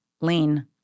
Lean